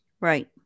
Right